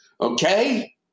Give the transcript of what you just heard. Okay